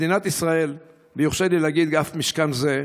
מדינת ישראל, ויורשה לי להגיד, אף משכן זה,